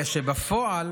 אלא שבפועל